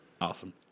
Awesome